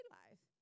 life